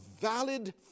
valid